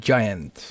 Giant